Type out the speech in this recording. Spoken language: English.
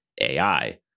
AI